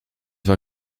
war